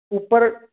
ਉੱਪਰ